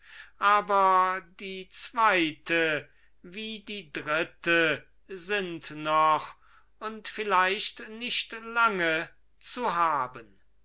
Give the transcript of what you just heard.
aber die zweite wie die dritte sind noch und vielleicht nicht lange zu haben